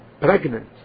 pregnant